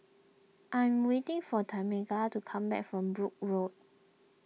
I'm waiting for Tameka to come back from Brooke Road